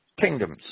kingdoms